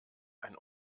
ein